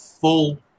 full